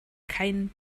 keinen